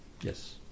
Yes